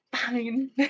fine